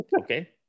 okay